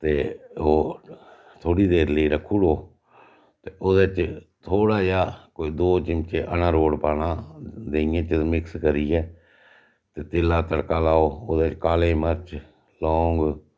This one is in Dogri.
ते ओह् थोह्ड़ी देर लेई रक्खुड़ो ते ओह्दे च थोह्ड़ा जेहा कोई दो चिम्मचे अलारोट पाना देहियैं च ते मिक्स करियै ते तेलै दा तड़का लाओ ओह्दे च काले मर्च लौंग